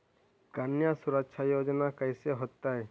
कन्या सुरक्षा योजना कैसे होतै?